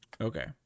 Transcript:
Okay